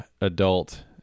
adult